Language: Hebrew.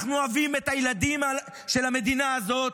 אנחנו אוהבים את הילדים של המדינה הזאת,